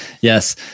Yes